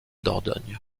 dordogne